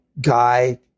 guy